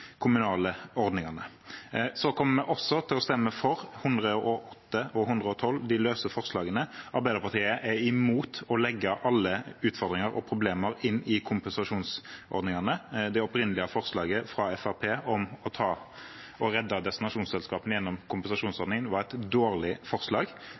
kommunale ordningene. Så kommer vi også til å stemme for de løse forslagene nr. 108 og 112. Arbeiderpartiet er imot å legge alle utfordringer og problemer inn i kompensasjonsordningene. Det opprinnelige forslaget fra Fremskrittspartiet om å redde destinasjonsselskapene gjennom kompensasjonsordningen var et dårlig forslag.